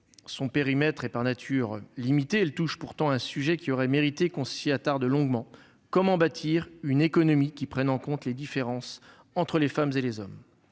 Son périmètre est par nature limité ; pourtant, elle touche un sujet qui aurait mérité qu'on s'y attarde longuement : comment bâtir une économie qui prenne en compte les différences entre les femmes et les hommes ?